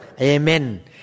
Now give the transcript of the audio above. Amen